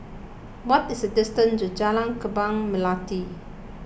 what is the distance to Jalan Kembang Melati